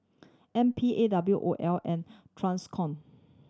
N P A W O L and Transcom